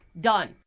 done